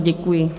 Děkuji.